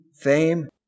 fame